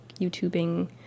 YouTubing